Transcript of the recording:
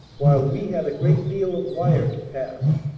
while we had a great deal of wire to pass.